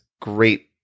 great